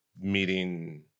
meeting